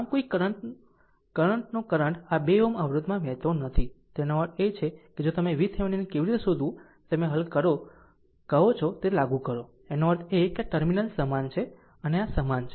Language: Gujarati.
આમ કોઈ કરંટ નો કરંટ આ 2 Ω અવરોધ માં વહેતો નથી તેનો અર્થ એ છે કે જો તમે VThevenin કેવી રીતે શોધવું તે તમે કહો છો તે લાગુ કરો આનો અર્થ એ કે આ ટર્મિનલ સમાન છે આ અને આ સમાન છે